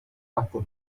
after